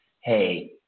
Hey